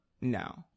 No